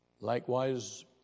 Likewise